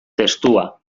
testua